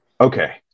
Okay